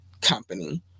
company